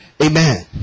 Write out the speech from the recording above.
Amen